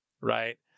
right